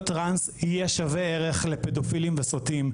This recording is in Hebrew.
טרנס יהיה שווה ערך לפדופילים וסוטים.